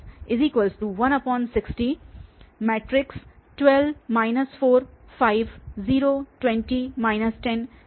तो DL 116012 4 5 0 20 10 0 0 15 T